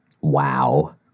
Wow